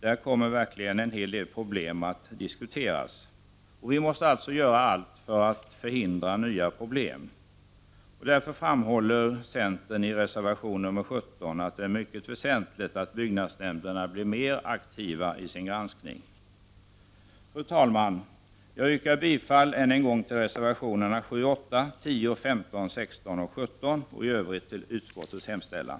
Där kommer verkligen en hel del problem att diskuteras. Vi måste göra allt för att förhindra nya problem. Därför framhåller centern i reservation nr 17 att det är mycket väsentligt att byggnadsnämnderna blir mer aktiva i sin granskning. Fru talman! Jag yrkar bifall till reservationerna 7, 8, 10, 15, 16 och 17 och i Övrigt till utskottets hemställan.